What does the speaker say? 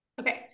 Okay